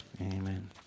Amen